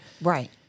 Right